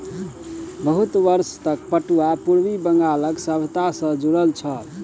बहुत वर्ष तक पटुआ पूर्वी बंगालक सभ्यता सॅ जुड़ल छल